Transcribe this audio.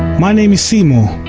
my name is seymour.